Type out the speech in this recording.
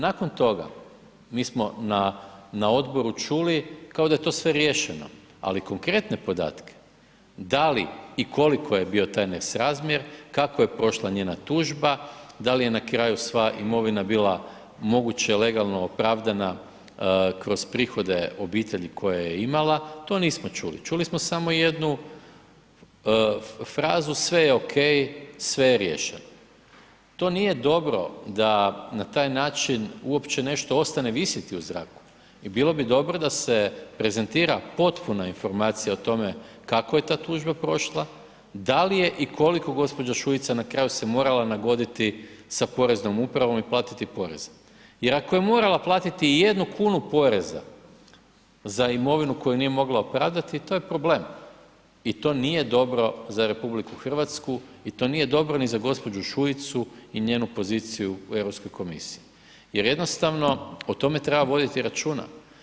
Nakon toga mi smo na odboru čuli kao da je to sve riješeno, ali konkretne podatke da li i koliko je bio taj nesrazmjer, kako je prošla njena tužba, da li je na kraju sva imovina bila moguće legalno opravdana kroz prohode obitelji koje je imala, to nismo čuli, čuli smo samo jednu frazu „Sve je ok, sve je riješeno.“ To nije dobro da na takav način uopće nešto ostane visjeti u zraku i bilo bi dobro da se prezentira potpuna informacija o tome kako je ta tužba prošla, da li je i koliko gđa. Šuica na kraju se morala nagoditi sa poreznom upravom i platiti poreze jer ako je morala platiti i jednu kunu poreza za imovinu koju nije mogla opravdati, to je problem i to nije dobro za RH i to nije dobro ni za gđu. Šuicu i njenu poziciju u Europskoj komisiji jer jednostavno o tome treba voditi računa.